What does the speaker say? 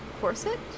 corset